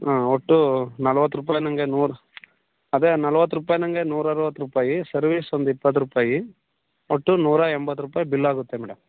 ಹಾಂ ಒಟ್ಟು ನಲ್ವತ್ತು ರೂಪಾಯಿ ನನಗೆ ನೂರ ಅದೇ ನಲ್ವತ್ತು ರೂಪಾಯಿ ನನಗೆ ನೂರ ಅರುವತ್ತು ರೂಪಾಯಿ ಸರ್ವಿಸ್ ಒಂದು ಇಪ್ಪತ್ತು ರೂಪಾಯಿ ಒಟ್ಟು ನೂರ ಎಂಬತ್ತು ರೂಪಾಯಿ ಬಿಲ್ ಆಗುತ್ತೆ ಮೇಡಮ್